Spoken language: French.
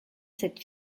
cette